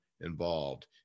involved